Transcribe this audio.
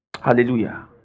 Hallelujah